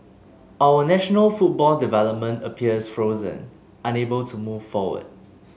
our national football development appears frozen unable to move forward